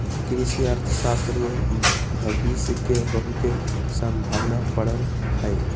कृषि अर्थशास्त्र में भविश के बहुते संभावना पड़ल हइ